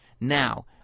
now